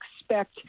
expect